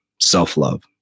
self-love